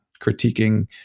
critiquing